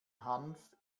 hanf